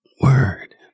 Word